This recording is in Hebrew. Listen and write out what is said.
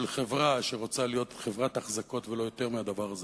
של חברה שרוצה להיות חברת אחזקות ולא יותר מהדבר הזה.